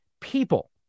people